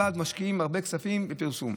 הרבל"ד משקיע הרבה כספים בפרסום.